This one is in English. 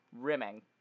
rimming